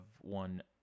one